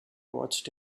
watched